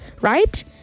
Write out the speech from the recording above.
right